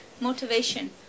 motivation